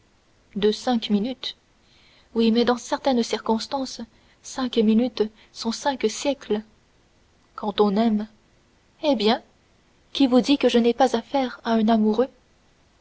cinq minutes oui mais dans certaines circonstances cinq minutes sont cinq siècles quand on aime eh bien qui vous dit que je n'ai pas affaire à un amoureux